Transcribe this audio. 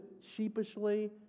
sheepishly